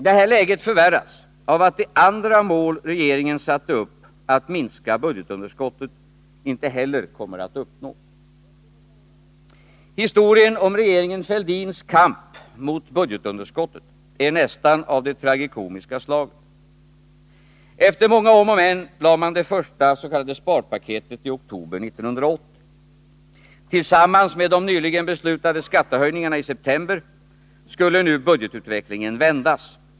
Detta läge förvärras av att det andra mål som regeringen satt upp, att minska budgetunderskottet, inte heller kommer att uppnås. Historien om regeringen Fälldins kamp mot budgetunderskottet är nästan av det tragikomiska slaget. Efter många om och men lade man det första s.k. sparpaketet i oktober 1980. Tillsammans med de i september beslutade skattehöjningarna skulle nu budgetutvecklingen vändas.